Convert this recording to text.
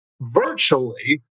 virtually